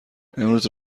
امروز